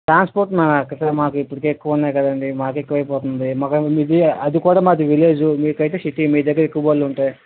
transport మాకు కాదు మాకు ఇప్పటికే ఎక్కువ ఉన్నాయి కదండి మాకు ఎక్కువైపోతోంది అది కూడా మాది విలేజ్ మీకైతే సిటీ మీదగ్గర ఎక్కువ బళ్ళు ఉంటాయి